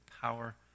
power